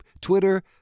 Twitter